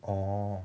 orh